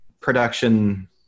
production